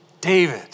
David